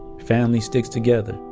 family sticks together.